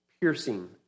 piercing